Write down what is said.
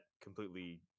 completely